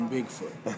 Bigfoot